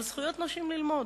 על זכות הנשים ללמוד,